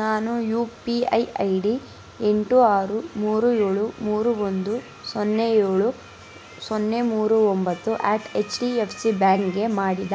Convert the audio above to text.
ನಾನು U P I I D ಎಂಟು ಆರು ಮೂರು ಏಳು ಮೂರು ಒಂದು ಸೊನ್ನೆ ಏಳು ಸೊನ್ನೆ ಮೂರು ಒಂಬತ್ತು at H D F C ಬ್ಯಾಂಕ್ಗೆ ಮಾಡಿದ